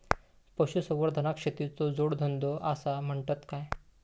पशुसंवर्धनाक शेतीचो जोडधंदो आसा म्हणतत काय?